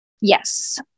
Yes